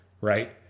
Right